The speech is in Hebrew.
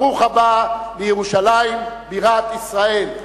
ברוך הבא לירושלים בירת ישראל.